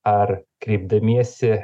ar kreipdamiesi